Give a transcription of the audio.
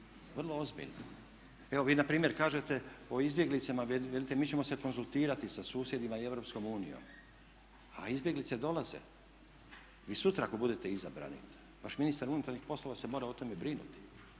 Vrlo ozbiljna. Evo vi na primjer kažete o izbjeglicama, velite mi ćemo se konzultirati sa susjedima i EU, a izbjeglice dolaze. Vi sutra ako budete izabrani vaš ministar unutarnjih poslova se mora o tome brinuti.